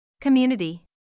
community